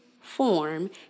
form